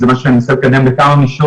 וזה משהו שאני מנסה לקדם בכמה מישורים,